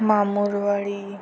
Mamurwadi